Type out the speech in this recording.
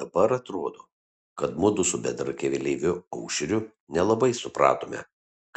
dabar atrodo kad mudu su bendrakeleiviu aušriu nelabai supratome